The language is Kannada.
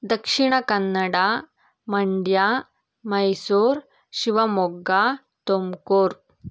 ದಕ್ಷಿಣ ಕನ್ನಡ ಮಂಡ್ಯ ಮೈಸೂರು ಶಿವಮೊಗ್ಗ ತುಮಕೂರು